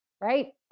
right